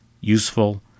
useful